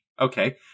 Okay